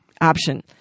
option